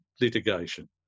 litigation